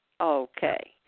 Okay